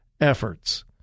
efforts